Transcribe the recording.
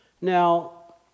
Now